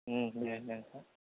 दे दे